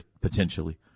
potentially